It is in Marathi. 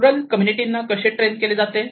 रुरल कम्युनिटी ना कसे ट्रेन केले जाते